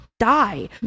die